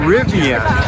Rivian